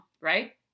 right